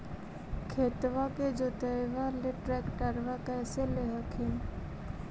खेतबा के जोतयबा ले ट्रैक्टरबा कैसे ले हखिन?